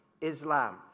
Islam